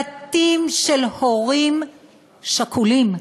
בתים של הורים שכולים.